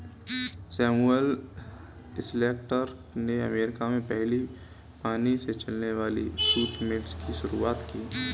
Samuel Slater ने America में पहली पानी से चलने वाली सूती मिल की शुरुआत की